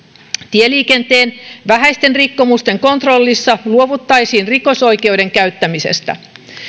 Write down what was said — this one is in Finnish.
tieliikenteen vähäisten rikkomusten kontrollissa luovuttaisiin rikosoikeuden käyttämisestä